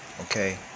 okay